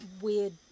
weird